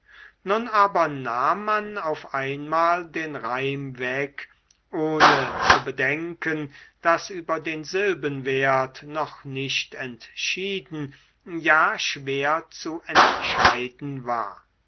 nun aber nahm man auf einmal den reim weg ohne zu bedenken daß über den silbenwert noch nicht entschieden ja schwer zu entscheiden war